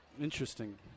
Interesting